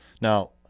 now